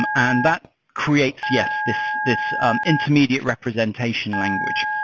and and that creates, yes, this um intermediate representation language.